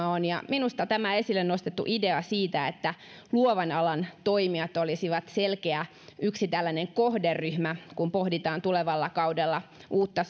on minusta tämä esille nostettu idea siitä että luovan alan toimijat olisivat yksi tällainen selkeä kohderyhmä kun pohditaan tulevalla kaudella uutta